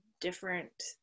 different